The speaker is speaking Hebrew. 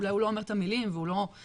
אולי הוא לא אומר את המילים והוא לא מפליל,